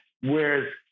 whereas